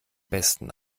besten